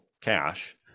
cash